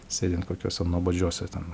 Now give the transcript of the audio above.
sėdint kokiuose nuobodžiuose ten